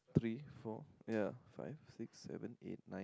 three four yeah five six seven eight nine